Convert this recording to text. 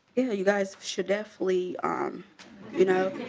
you guys should definitely um you know